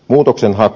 muutoksenhaku